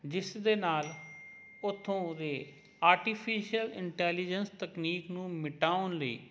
ਜਿਸ ਦੇ ਨਾਲ ਉੱਥੋਂ ਉਹਦੇ ਆਰਟੀਫਿਸ਼ਅਲ ਇੰਟੈਲੀਜਸ ਤਕਨੀਕ ਨੂੰ ਮਿਟਾਉਣ ਲਈ